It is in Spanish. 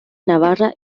navarra